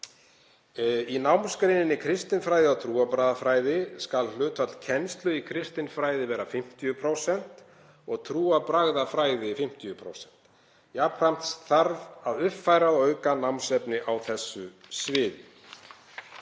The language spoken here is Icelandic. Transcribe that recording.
Í námsgreininni kristinfræði og trúarbragðafræði skal hlutfall kennslu í kristinfræði vera 50% og trúarbragðafræði 50%. Jafnframt þarf að uppfæra og auka námsefni á þessu sviði.